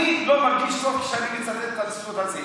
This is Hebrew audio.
אני לא מרגיש טוב כשאני מצטט את הציטוט הזה.